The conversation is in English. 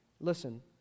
Listen